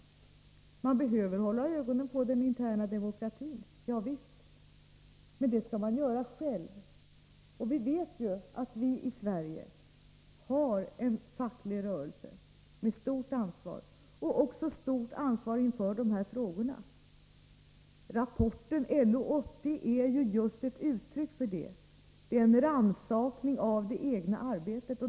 Man behöver hålla ögonen på den interna demokratin. Ja visst, men det skall man göra själv. Vi vet att vi i Sverige har en facklig rörelse med stort ansvar — också inför dessa frågor. Rapporten LO 80 är ett uttryck för detta. Det är en rannsakan av det egna arbetet.